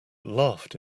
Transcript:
laughed